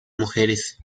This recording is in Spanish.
mujeres